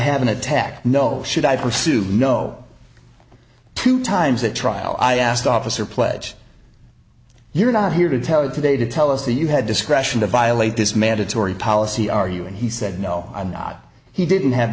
have an attack no should i pursue no two times at trial i asked officer pledge you're not here to tell you today to tell us that you had discretion to violate this mandatory policy are you and he said no i'm not he didn't have